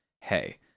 Hey